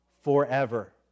forever